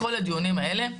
בכל הדיונים האלה,